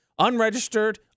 unregistered